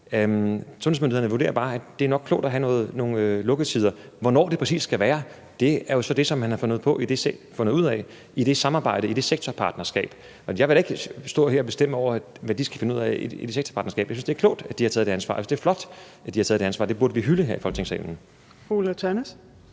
Sundhedsmyndighederne vurderer bare, at det nok er klogt at have nogle lukketider. Hvornår det præcis skal være, er jo så det, man har fundet ud af i det samarbejde, i det sektorpartnerskab, og jeg vil da ikke stå her og bestemme over, hvad de skal finde ud af i det sektorpartnerskab. Jeg synes, det er klogt, at de har taget det ansvar. Jeg synes, det er flot, at de har taget det ansvar. Det burde vi hylde her i Folketingssalen.